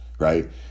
Right